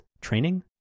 training